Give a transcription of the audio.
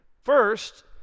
First